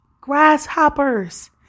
grasshoppers